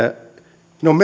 ne ovat